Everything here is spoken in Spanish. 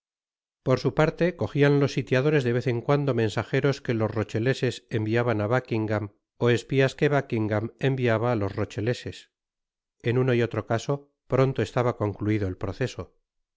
por su parte cojian los sitiadores de vez en cuando mensajeros que los rocheleses enviaban á buckingam ó espias que buckingam enviaba á los rocheleses en uno y otro caso pronto estaba concluido el proceso el